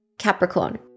Capricorn